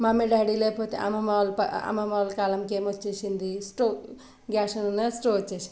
mummy daddy లేకపోతే అమ్మమ్మ వాళ్ళ అమ్మమ్మ వాళ్ళ కాలానికి ఏమొచ్చేసింది స్టవ్ గ్యాస్ ఉన్న స్టవ్ వచ్చేసింది